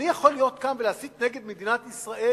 אני יכול להיות כאן ולהסית נגד מדינת ישראל,